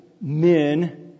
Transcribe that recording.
men